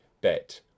bet